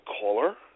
caller